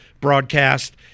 broadcast